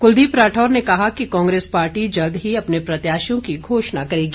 कुलदीप राठौर ने कहा कि कांग्रेस पार्टी जल्द ही अपने प्रत्याशियों की घोषणा करेगी